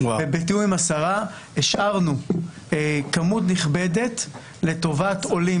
בתיאום עם השרה השארנו כמות מכובדת לטובת עולים